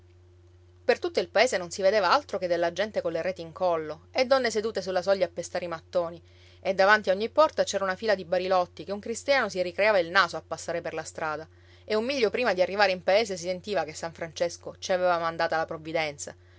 per tutto il paese non si vedeva altro che della gente colle reti in collo e donne sedute sulla soglia a pestare i mattoni e davanti a ogni porta c'era una fila di barilotti che un cristiano si ricreava il naso a passare per la strada e un miglio prima di arrivare in paese si sentiva che san francesco ci aveva mandata la provvidenza